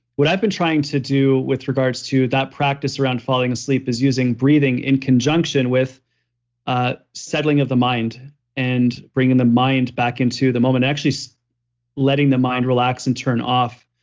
what i've been trying to do with regards to that practice around falling asleep is using breathing in conjunction with a settling of the mind and bringing the mind back into the moment and actually so letting the mind relax and turn off,